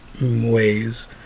ways